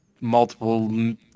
multiple